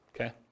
Okay